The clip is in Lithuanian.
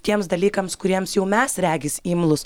tiems dalykams kuriems jau mes regis imlūs